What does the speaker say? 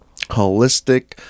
holistic